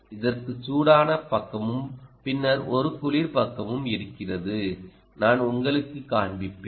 இதற்கு சூடான பக்கமும் பின்னர் ஒரு குளிர் பக்கமும் இருக்கிறது நான் உங்களுக்குக் காண்பிப்பேன்